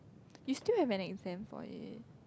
you still have an exam for it